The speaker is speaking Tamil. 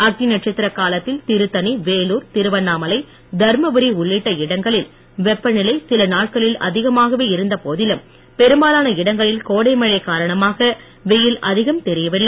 அக்னி நட்சத்திர காலத்தில் திருத்தணி வேலூர் திருவண்ணாமலை தர்மபுரி உள்ளிட்ட இடங்களில் வெப்பநிலை சில நாட்களில் அதிகமாகவே இருந்தபோதிலும் பெரும்பாலான இடங்களில் கோடை மழை காரணமாக வெயில் அதிகம் தெரியவில்லை